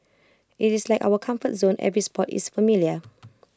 IT is like our comfort zone every spot is familiar